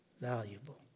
valuable